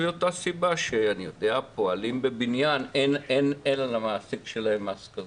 מאותה סיבה שלמשל עם פועלים בבניין אין על המעסיק שלהם מס כזה.